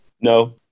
No